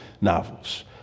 novels